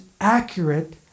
accurate